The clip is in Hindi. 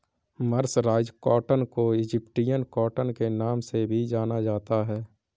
मर्सराइज्ड कॉटन को इजिप्टियन कॉटन के नाम से भी जाना जाता है